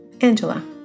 Angela